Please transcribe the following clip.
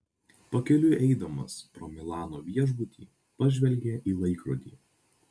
pakeliui eidamas pro milano viešbutį pažvelgė į laikrodį